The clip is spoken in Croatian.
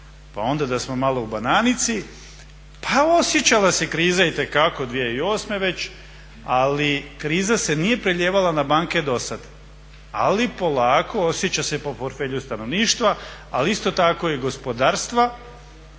pa onda da smo malo u bananici. Pa osjećala se kriza itekako 2008. već ali kriza se nije prelijevala na banke do sada. Ali polako osjeća se po portfelju stanovništva ali isto tako i gospodarstva